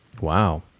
wow